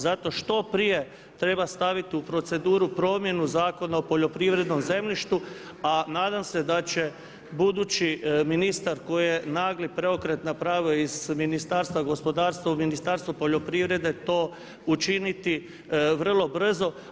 Zato što prije treba staviti u proceduru promjenu Zakona o poljoprivrednom zemljištu a nadam se da će budući ministar koji je nagli preokret napravio iz Ministarstva gospodarstva u Ministarstvo poljoprivrede to učiniti vrlo brzo.